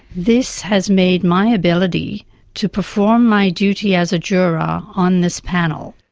this has made my ability to perform my duty as a juror ah on this panel.